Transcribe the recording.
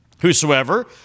whosoever